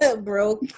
broke